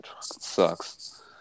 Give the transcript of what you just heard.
sucks